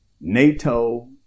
NATO